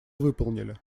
выполнили